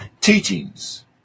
Teachings